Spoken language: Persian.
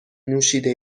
نوشیده